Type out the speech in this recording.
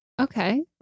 Okay